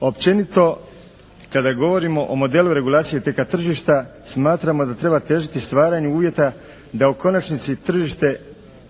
Općenito kada govorimo o modelu regulacije TK tržišta smatramo da treba težiti stvaranju uvjeta da u konačnici tržište